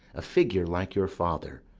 a figure like your father,